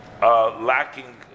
Lacking